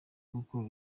kuko